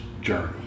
journey